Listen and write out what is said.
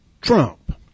Trump